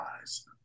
eyes